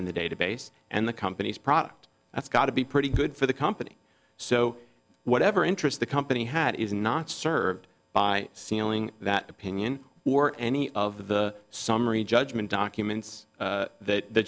in the database and the company's product that's got to be pretty good for the company so whatever interest the company had is not served by sealing that opinion or any of the summary judgment documents that